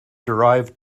derived